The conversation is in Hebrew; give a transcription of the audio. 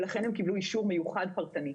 לכן הם קיבלו אישור מיוחד פרטני.